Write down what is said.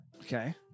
Okay